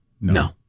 No